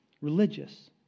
religious